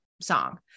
song